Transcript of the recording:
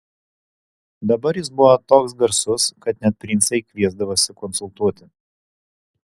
dabar jis buvo toks garsus kad net princai kviesdavosi konsultuoti